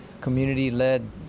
community-led